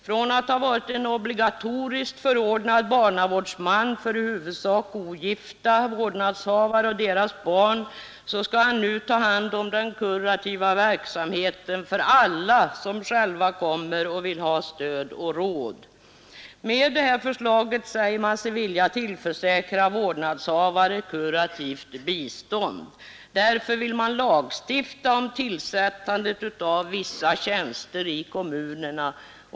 Från att ha varit en obligatoriskt förordnad barnavårdsman för i huvudsak ogifta vårdnadshavare och deras barn skall han nu ta hand om den kurativa verksamheten för alla som själva kommer och vill ha stöd och råd. Med detta förslag säger man sig vilja tillförsäkra barnavårdshavare kurativt bistånd. Därför vill man lagstifta om tillsättandet av vissa tjänster i kommunerna.